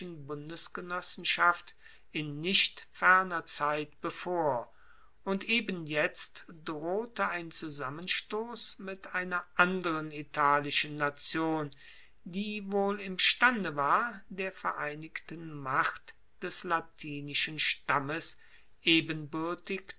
bundesgenossenschaft in nicht ferner zeit bevor und eben jetzt drohte ein zusammenstoss mit einer anderen italischen nation die wohl imstande war der vereinigten macht des latinischen stammes ebenbuertig